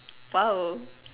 !wow!